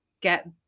get